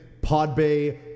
Podbay